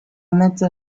mezza